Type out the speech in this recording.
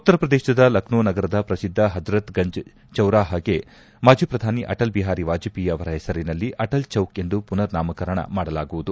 ಉತ್ತರ ಪ್ರದೇಶದ ಲಕ್ಷೋ ನಗರದ ಪ್ರಸಿದ್ದ ಹಜರತ್ ಗಂಜ್ ಚೌರಾಹಗೆ ಮಾಜಿ ಪ್ರಧಾನಿ ಅಟಲ್ ಬಿಹಾರಿ ವಾಜಪೇಯಿ ಅವರ ಹೆಸರಿನಲ್ಲಿ ಅಟಲ್ ಚೌಕ್ ಎಂದು ಪುನರ್ ನಾಮಕರಣ ಮಾಡಲಾಗುವುದು